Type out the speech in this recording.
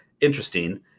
interesting